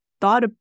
thought